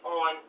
on